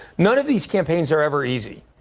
none of these campaigns are ever easy.